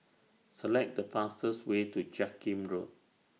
Select The fastest Way to Jiak Kim Road